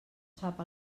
sap